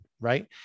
right